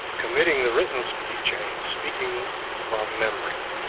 committing the written speech and speaking from memory